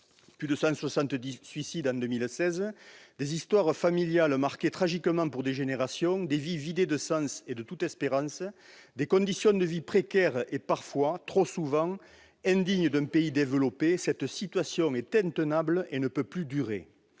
Plus de 160 suicides en 2016, des histoires familiales marquées tragiquement pour des générations, des vies vidées de sens et de toute espérance, des conditions de vie précaires et parfois, trop souvent, indignes d'un pays développé : cette situation est intenable et ne peut plus durer